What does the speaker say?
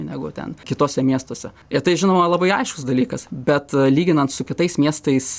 negu ten kituose miestuose ir tai žinoma labai aiškus dalykas bet lyginant su kitais miestais